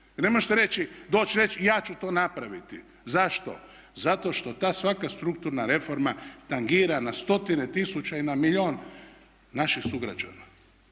ne možete reći, doći reći ja ću to napraviti, zašto? Zato što ta svaka strukturna reforma tangira na stotine tisuća i na milijun naših sugrađana.